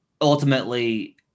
ultimately